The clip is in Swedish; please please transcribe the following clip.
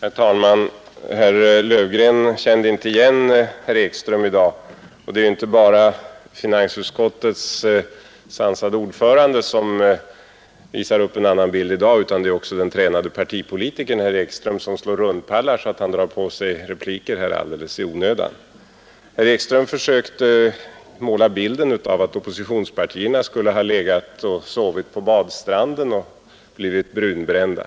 Herr talman! Herr Löfgren kände inte igen herr Ekström i dag och det är inte bara finansutskottets sansade ordförande som visar upp en annan bild i dag, utan det är också den tränade partipolitikern herr Ekström som slår rundpallar, så att han drar på sig repliker alldeles i onödan. Herr Ekström försökte måla bilden att oppositionspartiernas representanter bara skulle ha legat och sovit på badstränder och blivit brunbrända.